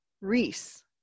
Reese